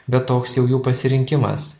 bet toks jau jų pasirinkimas